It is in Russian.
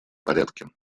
порядке